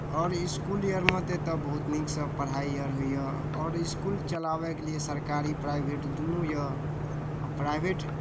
आओर इस्कुल आरमे तऽ एतय बहुत नीकसँ पढ़ाइ आर होइए आओर इस्कुल चलाबयके लिए सरकारी प्राइभेट दुनू यए आ प्राइभेट